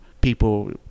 people